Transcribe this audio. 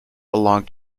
belong